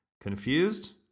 Confused